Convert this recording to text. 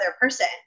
person